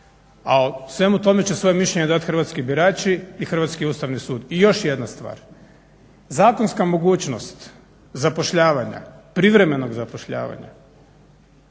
o svemu tome će svoje mišljenje dati hrvatski birači i hrvatski Ustavni sud. I još jedna stvar, zakonska mogućnost zapošljavanja, privremenog zapošljavanja